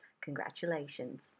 Congratulations